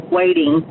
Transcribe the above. waiting